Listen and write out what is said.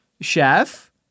Chef